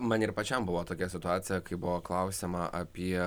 man ir pačiam buvo tokia situacija kai buvo klausiama apie